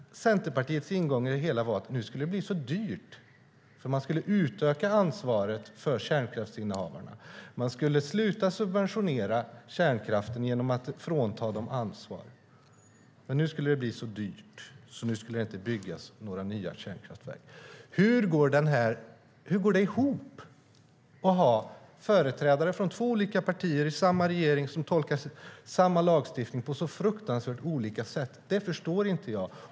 Centerpartiets ingång i det hela var ju att det skulle bli för dyrt därför att man skulle utöka ansvaret för kärnkraftsinnehavarna. Man skulle sluta subventionera kärnkraften genom att frånta dem ansvaret. Men nu skulle det bli så dyrt att det inte skulle byggas några nya kärnkraftverk. Hur går det ihop att ha företrädare från två olika partier i samma regering som tolkar samma lagstiftning på så fruktansvärt olika sätt? Det förstår inte jag.